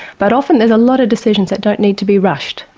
but often there's a lot of decisions that don't need to be rushed.